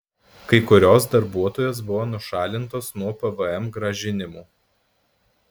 kai kurios darbuotojos buvo nušalintos nuo pvm grąžinimų